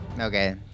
Okay